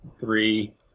three